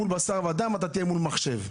מול בשר ודם אלא מול מחשב.